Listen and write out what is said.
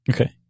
Okay